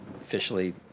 officially